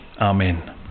Amen